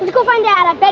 and go find dad. i but